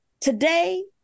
Today